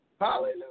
Hallelujah